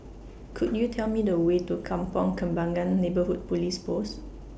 Could YOU Tell Me The Way to Kampong Kembangan Neighbourhood Police Post